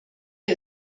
wir